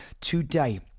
today